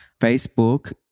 Facebook